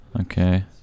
Okay